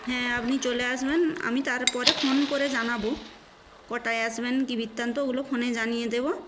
হ্যাঁ আপনি চলে আসবেন আমি তারপরে ফোন করে জানাবো কটায় আসবেন কী বৃত্তান্ত ওগুলো ফোনে জানিয়ে দেবো